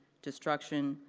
destruction,